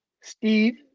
Steve